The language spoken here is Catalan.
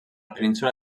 península